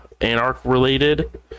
Anarch-related